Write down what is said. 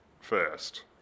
first